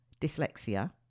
dyslexia